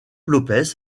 lopez